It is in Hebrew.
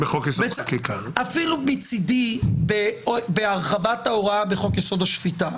---- אפילו מצדי בהרחבת ההוראה בחוק-יסוד: השפיטה.